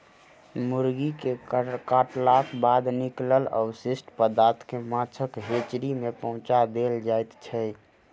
मुर्गी के काटलाक बाद निकलल अवशिष्ट पदार्थ के माछक हेचरी मे पहुँचा देल जाइत छै